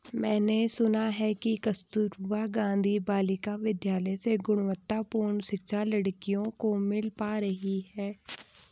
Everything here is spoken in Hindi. मैंने सुना है कि कस्तूरबा गांधी बालिका विद्यालय से गुणवत्तापूर्ण शिक्षा लड़कियों को मिल पा रही है